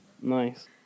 nice